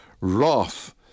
wrath